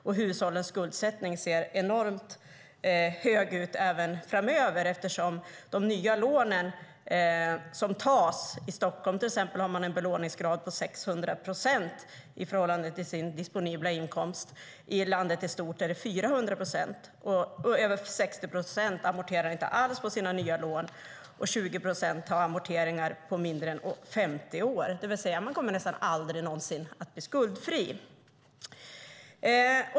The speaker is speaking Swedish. Och hushållens skuldsättning ser enormt hög ut även framöver, eftersom nya lån tas. I Stockholm till exempel har man en belåningsgrad på 600 procent i förhållande till den disponibla inkomsten. I landet i stort är det 400 procent. Över 60 procent amorterar inte alls på sina nya lån. 20 procent har amorteringar på mindre än 50 år. Man kommer alltså nästan aldrig att bli skuldfri.